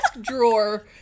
drawer